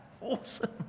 Awesome